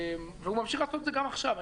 והוא ממשיך לעשות את זה גם עכשיו.